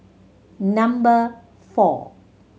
number four